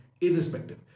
Irrespective